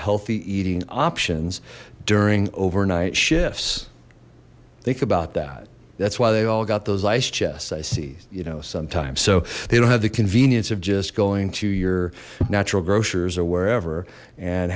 healthy eating options during overnight shifts think about that that's why they've all got those ice chests i see you know sometimes so they don't have the convenience of just going to your natural grocers or wherever and